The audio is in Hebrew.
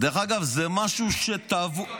דרך אגב, זה משהו שטבוע,